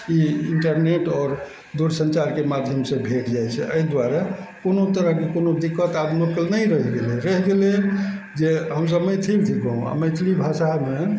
ई internet आओर दूरसञ्चारके माध्यमसँ भेट जाइ छै अइ दुआरे कोनो तरहके कोनो दिक्कत आब लोक नहि रहि गेलय रहि गेलय जे हमसब मैथिल थीकहुँ आओर मैथिली भाषामे